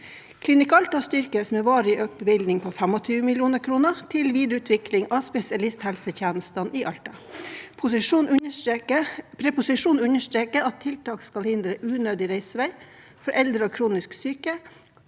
Klinikk Alta styrkes med en varig økt bevilgning på 25 mill. kr til videreutvikling av spesialisthelsetjenestene i Alta. Proposisjonen understreker at tiltak skal hindre unødig reisevei for eldre og kronisk syke,